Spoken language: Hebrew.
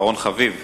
אחרון חביב.